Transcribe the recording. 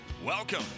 Welcome